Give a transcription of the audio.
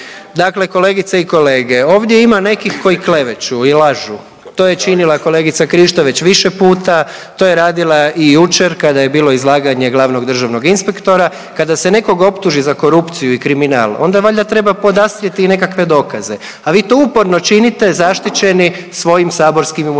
Dakle kolegice i kolege, ovdje ima nekih koji kleveću i lažu i to je činila kolegica Krišto već više puta. To je radila i jučer kada je bilo izlaganje glavnog državnog inspektora. Kada se nekog optuži za korupciju i kriminal onda valjda treba podastrijeti i nekakve dokaze, a vi to uporno činite zaštićeni svojim saborskim imunitetom.